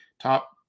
top